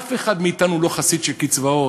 אף אחד מאתנו לא חסיד של קצבאות,